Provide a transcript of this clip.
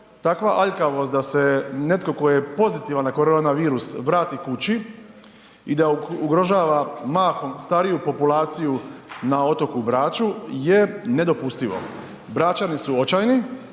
Takva aljkavost da se netko tko je pozitivan na korona virus vrati kući i da ugrožava mahom stariju populaciju na otoku Braču je nedopustivo. Bračani su očajni,